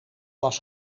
was